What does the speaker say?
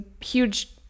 huge